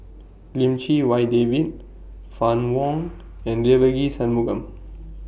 Lim Chee Wai David Fann Wong and Devagi Sanmugam